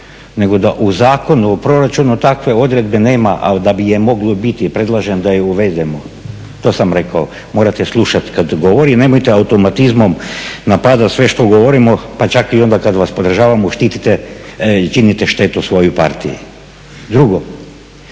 nego da u Zakonu o proračunu takve odredbe nema, ali da bi je moglo biti, predlažem da ju uvedemo. To sam rekao, morate slušati kada govorim i nemojte automatizmom napadati sve što govorimo pa čak i onda kada vas podržavamo činite štetu svojoj partiji. Drugo,